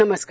नमस्कार